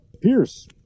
Pierce